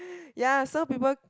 ya so people